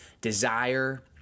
desire